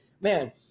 man